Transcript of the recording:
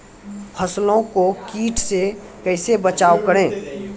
फसलों को कीट से कैसे बचाव करें?